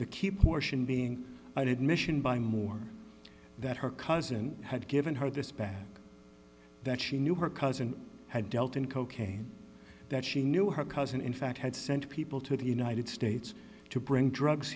to keep portion being added mission by more that her cousin had given her this bag that she knew her cousin had dealt in cocaine that she knew her cousin in fact had sent people to the united states to bring drugs